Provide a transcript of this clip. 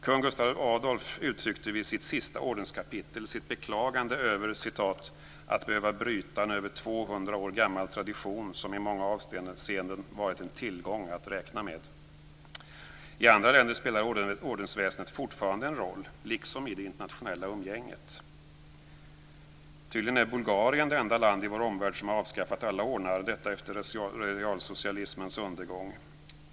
Kung Gustaf Adolf uttryckte vid sitt sista ordenskapitel sitt beklagande över "att behöva bryta en över 200 år gammal tradition, som i många avseenden varit en tillgång att räkna med". I andra länder spelar ordensväsendet fortfarande en roll liksom i det internationella umgänget. Tydligen är Bulgarien det enda land i vår omvärld som har avskaffat alla ordnar, och detta har skett efter realsocialismens undergång.